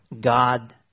God